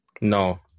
No